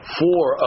four